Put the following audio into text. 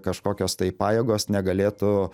kažkokios tai pajėgos negalėtų